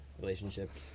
relationship